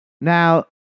now